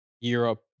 Europe